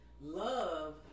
love